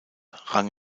rang